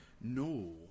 No